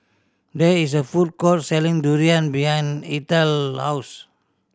there is a food court selling durian behind Eathel house